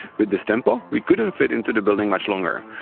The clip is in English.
with this tempo, we couldn't fit into the building much longer.